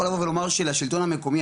אני יכול לבוא ולומר שלשלטון המקומי,